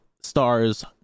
stars